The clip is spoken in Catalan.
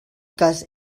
cas